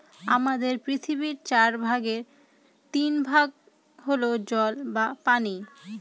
আমাদের পৃথিবীর চার ভাগের তিন ভাগ হল জল বা পানি